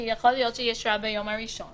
כי ייתכן שאישרה ביום הראשון